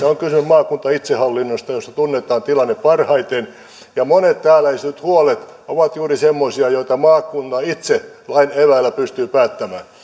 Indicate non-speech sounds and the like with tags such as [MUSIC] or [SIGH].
[UNINTELLIGIBLE] on kysymys maakuntaitsehallinnosta jossa tunnetaan tilanne parhaiten ja monet täällä esitetyt huolet ovat juuri semmoisia joista maakunta itse lain eväillä pystyy päättämään